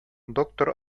доктор